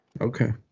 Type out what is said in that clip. Okay